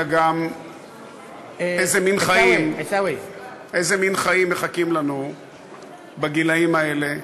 אלא גם איזה מין חיים מחכים לנו בגילים האלה,